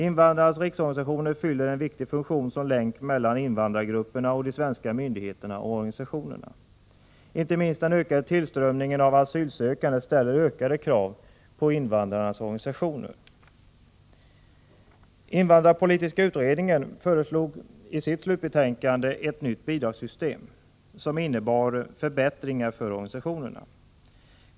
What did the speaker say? Invandrarnas riksorganisationer fyller en viktig funktion som länk mellan invandrargrupperna och de svenska myndigheterna och organisationerna. Inte minst den ökade tillströmningen av asylsökande ställer ökade krav på organisationerna. Invandrarpolitiska utredningen föreslog i sitt slutbetänkande ett nytt bidragssystem som innebär förbättringar för organisationerna.